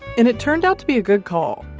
and it turned out to be a good call.